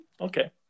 Okay